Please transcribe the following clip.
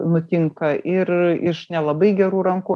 nutinka ir iš nelabai gerų rankų